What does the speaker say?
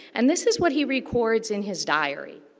and, this is what he records in his diary.